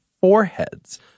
foreheads